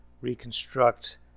reconstruct